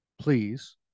please